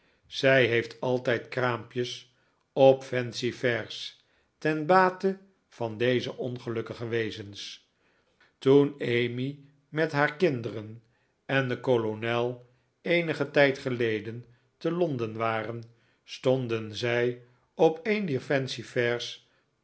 zij heeft altijd kraampjes op fancy fairs ten bate van deze ongelukkige wezens toen emmy met haar kinderen en de kolonel eenigen tijd geleden te londen waren stonden zij op een